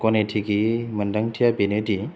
गनायथि गैयि मोनदांथिया बेनोदि